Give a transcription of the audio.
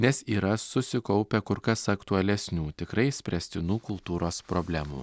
nes yra susikaupę kur kas aktualesnių tikrai spręstinų kultūros problemų